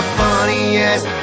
funniest